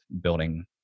building